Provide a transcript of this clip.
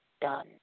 done